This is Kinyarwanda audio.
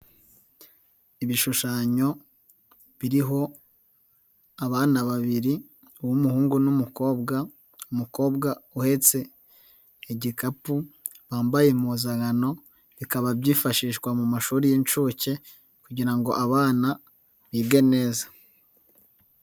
Ibishushanyo biriho abana babiri uw'umuhungu n'umukobwa, umukobwa uhetse igikapu, bambaye impuzankano bikaba byifashishwa mu mashuri y'inshuke kugira ngo abana bige neza.